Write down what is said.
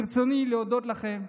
ברצוני להודות לכם.